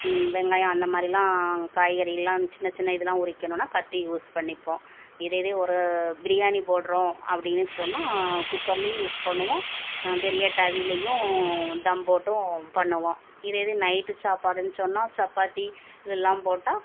வெங்காயம் அந்த மாதிரிலாம் காய்கறிகள்லாம் சின்ன சின்ன இதெலாம் உரிக்கணுன்னா கத்தி யூஸ் பண்ணிப்போம் இதேதே ஒரு பிரியாணி போடுறோம் அப்படின்னு சொன்னால் குக்கர்லேயும் யூஸ் பண்ணுவோம் பெரிய டவிலேயும் தம் போட்டும் பண்ணுவோம் இதேதே நைட்டு சாப்பாடுன்னு சொன்னால் சப்பாத்தி இதெல்லாம் போட்டால்